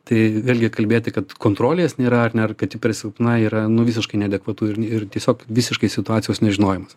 tai vėlgi kalbėti kad kontrolės nėra ar ne ar kad ji per silpna yra nu visiškai neadekvatu ir ir tiesiog visiškai situacijos nežinojimas